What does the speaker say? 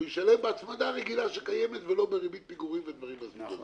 הוא ישלם בהצמדה רגילה שקיימת ולא בריבית פיגורים ודברים מן הסוג הזה.